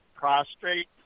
Prostrate